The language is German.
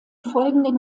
folgenden